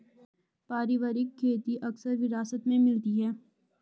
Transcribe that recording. पारिवारिक खेती अक्सर विरासत में मिलती है